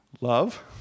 Love